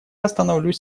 остановлюсь